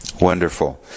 Wonderful